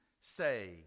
say